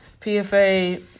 PFA